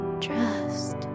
Trust